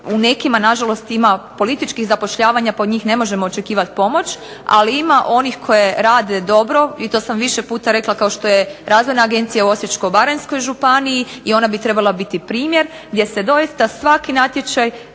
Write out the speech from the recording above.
u nekim na žalost ima političkih zapošljavanja pa od njih ne možemo očekivati pomoć. Ali ima onih koje rade dobro i to sam više puta rekla kao što je razvojna agencija u Osječko-baranjskoj županiji i ona bi trebala biti primjer gdje se doista svaki natječaj